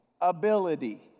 Ability